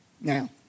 now